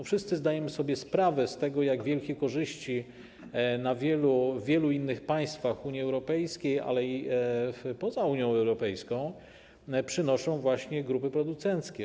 Wszyscy zdajemy sobie sprawę z tego, jak wielkie korzyści w wielu innych państwach Unii Europejskiej, ale i poza Unią Europejską, przynoszą właśnie grupy producenckie.